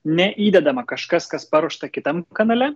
neįdedama kažkas kas paruošta kitam kanale